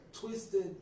twisted